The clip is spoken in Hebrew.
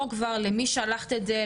פה זה כבר: למי שלחת את זה?